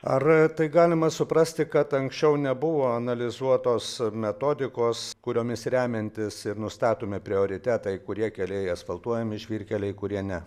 ar tai galima suprasti kad anksčiau nebuvo analizuotos metodikos kuriomis remiantis ir nustatomi prioritetai kurie keliai asfaltuojami žvyrkeliai kurie ne